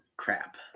Crap